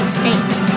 states